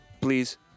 Please